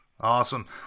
Awesome